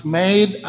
made